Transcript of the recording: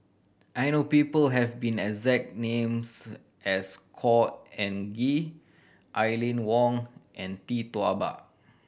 I know people have been exact names as Khor Ean Ghee Aline Wong and Tee Tua Ba